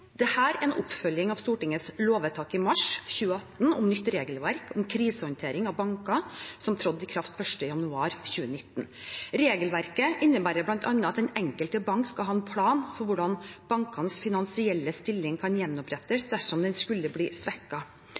er en oppfølging av Stortingets lovvedtak i mars 2018 om nytt regelverk for krisehåndtering av banker, som trådte i kraft 1. januar 2019. Regelverket innebærer bl.a. at den enkelte bank skal ha en plan for hvordan bankens finansielle stilling kan gjenopprettes dersom den skulle bli